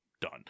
done